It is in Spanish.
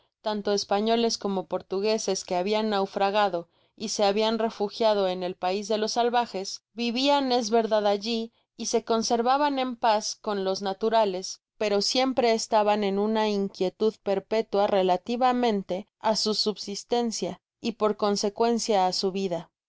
tanto españoles como portugueses que habian naufragado y se habian refugiado en el pais da los salvajes vivían es verdad allí y se conservaban en paz con los naturales pero siempre estaban en una inquietud perpétua relativamente á su subsistencia y por consecuencia á su vida